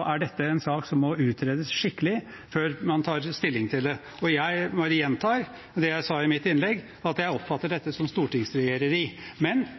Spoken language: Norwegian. er dette en sak som må utredes skikkelig før man tar stilling til det. Jeg bare gjentar det jeg sa i mitt innlegg, at jeg oppfatter dette som stortingsregjereri.